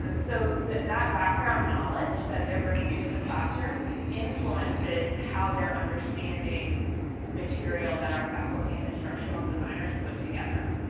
um so that background knowledge that they're bringing into the classroom influences how they're understanding the material that our faculty and instructional designers put together.